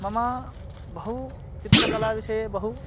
मम बहु चित्रकलाविषये बहु